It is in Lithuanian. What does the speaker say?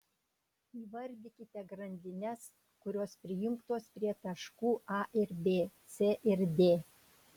įvardykite grandines kurios prijungtos prie taškų a ir b c ir d